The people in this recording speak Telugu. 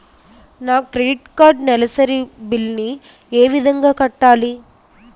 నా క్రెడిట్ కార్డ్ నెలసరి బిల్ ని ఏ విధంగా కట్టాలి?